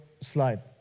slide